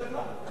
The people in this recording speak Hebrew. אתה יודע מה?